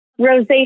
rosacea